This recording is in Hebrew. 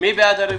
מי בעד הרוויזיה?